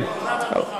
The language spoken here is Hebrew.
עבודה ורווחה.